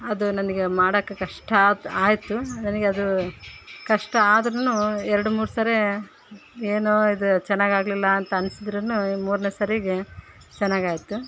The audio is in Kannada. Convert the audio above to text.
ಅದು ನನಗೆ ಮಾಡಾಕೆ ಕಷ್ಟಾತು ಆಯಿತು ನನಗೆ ಅದು ಕಷ್ಟ ಆದ್ರೂ ಎರಡು ಮೂರುಸಾರೆ ಏನೋ ಇದು ಚೆನ್ನಾಗ್ ಆಗಲಿಲ್ಲ ಅಂತ ಅನ್ಸಿದ್ರು ಮೂರನೇಸರಿಗೆ ಚೆನ್ನಾಗಾಯ್ತು